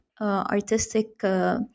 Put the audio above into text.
artistic